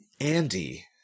Andy